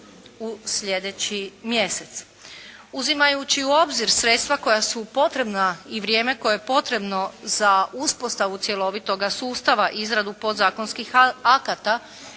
u sljedeći mjesec. Uzimajući u obzir sredstva koja su potrebna i vrijeme koje je potrebno za uspostavu cjelovitoga sustava i izradu podzakonskih akata,